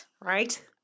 Right